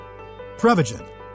Prevagen